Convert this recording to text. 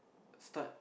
start